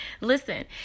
Listen